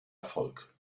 erfolg